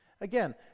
Again